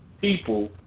people